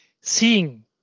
seeing